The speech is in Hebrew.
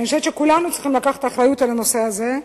אני חושבת שכולנו צריכים לקחת אחריות על הנושא הזה,